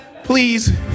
please